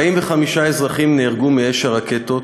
45 אזרחים נהרגו מאש הרקטות,